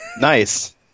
Nice